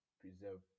preserve